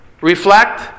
reflect